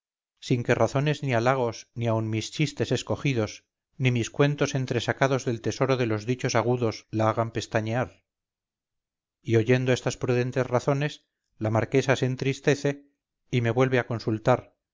sin que razones ni halagos ni aun mis chistes escogidos ni mis cuentos entresacados del tesoro de los dichos agudos la hagan pestañear y oyendo estas prudentes razones la marquesa se entristece y me vuelve a consultar